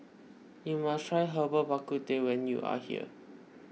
you must try Herbal Bak Ku Teh when you are here